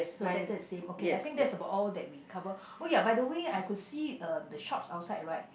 so that that is same okay I think so that's about all we covered oh ya by the way I could see uh the shops outside right